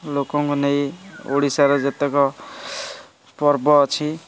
ଲୋକଙ୍କୁ ନେଇ ଓଡ଼ିଶାର ଯେତକ ପର୍ବ ଅଛି